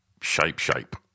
shape-shape